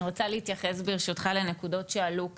אני רוצה להתייחס ברשותך לנקודות שעלו כאן,